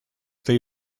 they